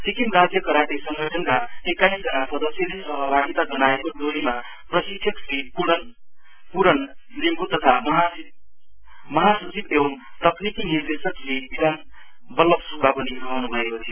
सिक्किम राज्य करटे संगठनका एक्काईस जना सदस्यले सहभागिता जनाएको टोलीमा प्रशिक्षण श्री पूरण लिम्बू तथा महासचिव एवम् तक्नीकी निर्देशक श्री विधान बल्लभ सुब्बा पनि रहन् भएको थियो